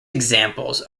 examples